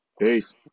Peace